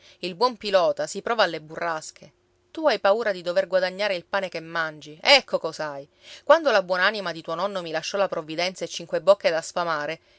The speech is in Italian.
il buon pilota si prova alle burrasche tu hai paura di dover guadagnare il pane che mangi ecco cos'hai quando la buon'anima di tuo nonno mi lasciò la provvidenza e cinque bocche da sfamare